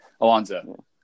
Alonzo